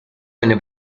venne